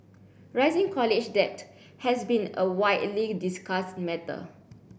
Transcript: rising college debt has been a widely discussed matter